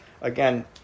again